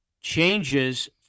changes